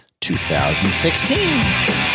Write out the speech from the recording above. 2016